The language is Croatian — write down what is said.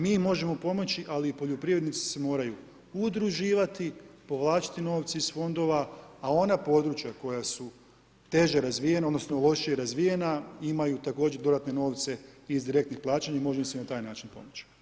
Mi možemo pomoći, ali poljoprivrednici se moraju udruživati, povlačiti novce iz fondova, a ona područja, koja su teže razvijena, odnosno, lošije razvijena, imaju također dodatne novce iz direktnih plaćanja i može im se na taj način pomoći.